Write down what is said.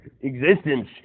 existence